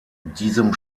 diesem